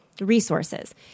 resources